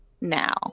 Now